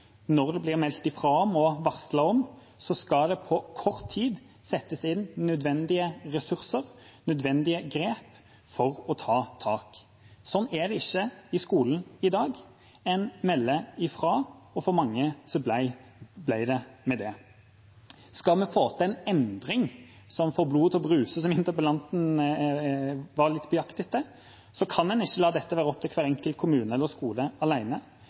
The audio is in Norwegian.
når det blir meldt fra om og varslet om, på kort tid skal settes inn nødvendige ressurser og tas nødvendige grep. Sånn er det ikke i skolen i dag. En melder fra, og for mange blir det med det. Skal vi få til en endring som får blodet til å bruse, som interpellanten var litt på jakt etter, kan en ikke la dette være opp til hver enkelt kommune eller skole